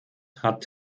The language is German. hat